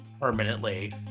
permanently